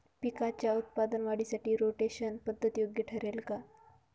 पिकाच्या उत्पादन वाढीसाठी रोटेशन पद्धत योग्य ठरेल का?